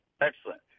excellent